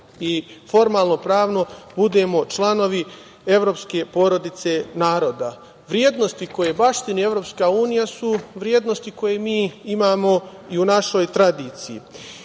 i formalnopravno budemo članovi evropske porodice naroda. Vrednosti koje baštini EU su vrednosti koje mi imamo i u našoj tradiciji. Ono